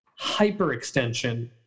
hyperextension